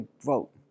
vote